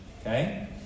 okay